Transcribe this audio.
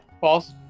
false